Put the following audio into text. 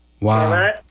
Wow